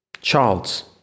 Charles